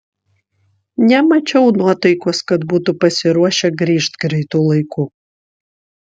nemačiau nuotaikos kad būtų pasiruošę grįžt greitu laiku